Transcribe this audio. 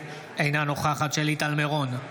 אינה נוכחת שלי טל מירון,